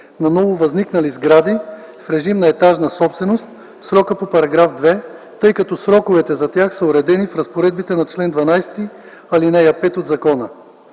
на нововъзникнали сгради в режим на етажна собственост в срока по § 2, тъй като сроковете за тях са уредени в разпоредбите на чл. 12, ал. 5 от закона.